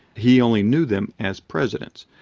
he only knew them as presidents.